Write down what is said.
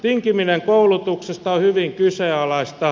tinkiminen koulutuksesta on hyvin kyseenalaista